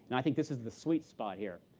and i think this is the sweet spot here.